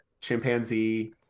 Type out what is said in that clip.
chimpanzee